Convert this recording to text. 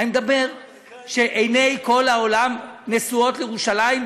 אני אומר שעיני כל העולם נשואות לירושלים,